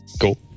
cool